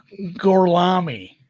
Gorlami